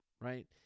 Right